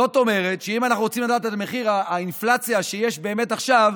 זאת אומרת שאם אנחנו רוצים לדעת את האינפלציה שיש באמת עכשיו,